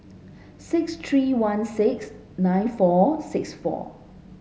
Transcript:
six three one six nine four six four